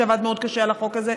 שעבד מאוד קשה על החוק הזה,